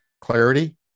clarity